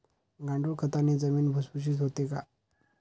गांडूळ खताने जमीन भुसभुशीत होते का?